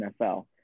NFL